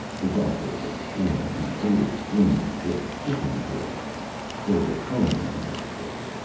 the rustle of corn, the odor of greenery, the chicken voices there was home in all of this.